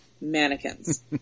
mannequins